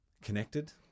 connected